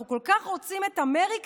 אנחנו כל כך רוצים את אמריקה?